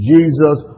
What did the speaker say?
Jesus